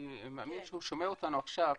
אני מאמין שהוא שומע אותנו עכשיו,